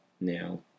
Now